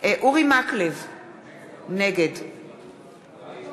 נגד משולם